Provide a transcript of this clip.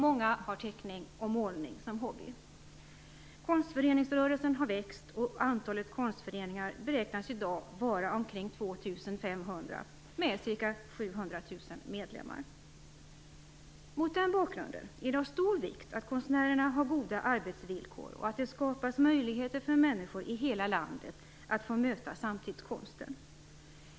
Många har teckning och målning som hobby. Konstföreningsrörelsen har växt, och antalet konstföreningar beräknas i dag vara omkring 2 500 med ca 700 000 medlemmar. Mot den bakgrunden är det av stor vikt att konstnärerna har goda arbetsvillkor och att det skapas möjligheter för människor i hela landet att få möta samtidskonsten.